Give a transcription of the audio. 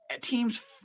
teams